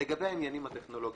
לגבי העניינים הטכנולוגיים,